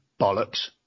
bollocks